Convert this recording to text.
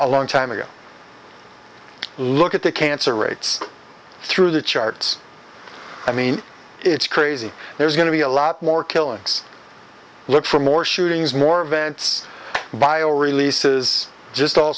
a long time ago look at the cancer rates through the charts i mean it's crazy there's going to be a lot more killings look for more shootings more events bio releases just all